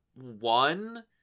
one